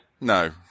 No